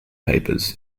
papers